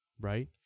right